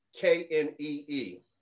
K-N-E-E